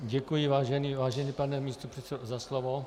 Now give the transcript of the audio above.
Děkuji, vážený pane místopředsedo, za slovo.